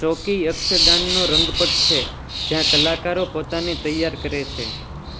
ચૌકી યક્ષગાનનો રંગપટ છે જ્યાં કલાકારો પોતાને તૈયાર કરે છે